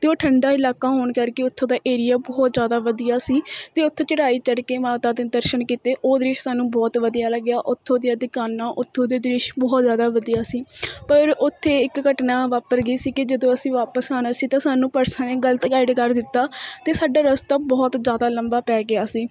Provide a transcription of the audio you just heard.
ਅਤੇ ਉਹ ਠੰਡਾ ਇਲਾਕਾ ਹੋਣ ਕਰਕੇ ਉਥੋਂ ਦਾ ਏਰੀਆ ਬਹੁਤ ਜਿਆਦਾ ਵਧੀਆ ਸੀ ਅਤੇ ਉੱਥੇ ਚੜ੍ਹਾਈ ਚੜ੍ਹ ਕੇ ਮਾਤਾ ਦੇ ਦਰਸ਼ਨ ਕੀਤੇ ਉਹ ਦੇਸ਼ ਸਾਨੂੰ ਬਹੁਤ ਵਧੀਆ ਲੱਗਿਆ ਉੱਥੋਂ ਦੀਆਂ ਦੁਕਾਨਾਂ ਉੱਥੋਂ ਦੇ ਦ੍ਰਿਸ਼ ਬਹੁਤ ਜ਼ਿਆਦਾ ਵਧੀਆ ਸੀ ਪਰ ਉੱਥੇ ਇੱਕ ਘਟਨਾ ਵਾਪਰ ਗਈ ਸੀ ਕਿ ਜਦੋਂ ਅਸੀਂ ਵਾਪਸ ਆਉਣਾ ਸੀ ਤਾਂ ਸਾਨੂੰ ਪਰਸਨ ਨੇ ਗਲਤ ਗਾਈਡ ਕਰ ਦਿੱਤਾ ਅਤੇ ਸਾਡੇ ਰਸਤਾ ਬਹੁਤ ਜ਼ਿਆਦਾ ਲੰਬਾ ਪੈ ਗਿਆ ਸੀ